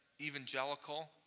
evangelical